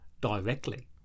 directly